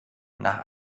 nach